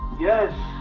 yes.